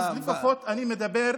אז לפחות אני מדבר,